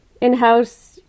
in-house